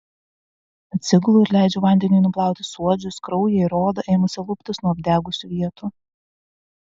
atsigulu ir leidžiu vandeniui nuplauti suodžius kraują ir odą ėmusią luptis nuo apdegusių vietų